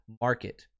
market